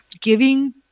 giving